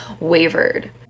wavered